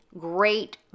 great